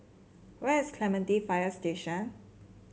where is Clementi Fire Station